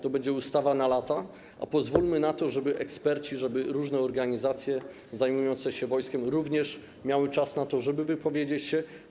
To będzie ustawa na lata, więc pozwólmy na to, żeby eksperci, żeby różne organizacje zajmujące się wojskiem również miały czas na to, żeby wypowiedzieć się na jej temat.